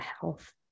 health